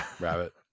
Rabbit